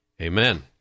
Amen